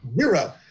Zero